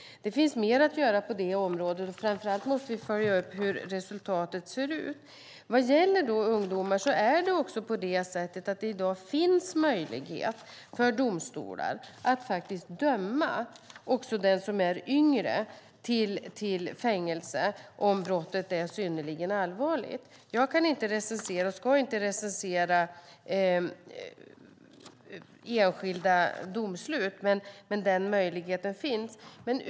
Det finns mer att göra på det området, och framför allt måste vi följa upp hur resultatet ser ut. Vad gäller ungdomar finns i dag möjlighet för domstolar att döma också den som är yngre till fängelse om brottet är synnerligen allvarligt. Jag kan inte, och ska inte, recensera enskilda domslut, men den möjligheten finns.